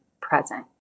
present